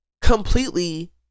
completely